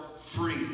free